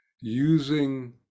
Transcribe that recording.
using